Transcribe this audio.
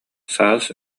саас